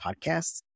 podcasts